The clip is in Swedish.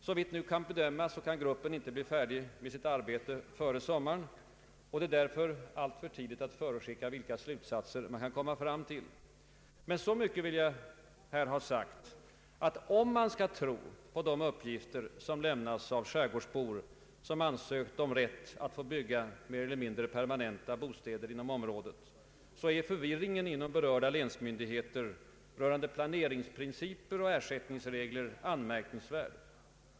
Såvitt nu kan bedömas blir gruppen inte färdig med sitt arbete före sommaren, och det är därför alltför tidigt att förutskicka vilka slutsatser den kan komma fram till. Så mycket vill jag emellertid ha sagt att, om man skall tro på de uppgifter som lämnas av skärgårdsbor som ansökt om rätt att bygga mer eller mindre permanenta bostäder inom området, förvirringen inom berörda länsmyndigheter rörande planeringsprinciper och ersätt ningsregler är anmärkningsvärd.